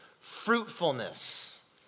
fruitfulness